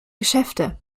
geschäfte